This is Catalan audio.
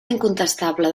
incontestable